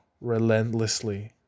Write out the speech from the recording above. relentlessly